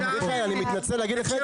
מיכאל אני מתנצל להגיד לך את זה,